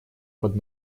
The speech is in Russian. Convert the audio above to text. под